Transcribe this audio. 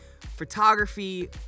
photography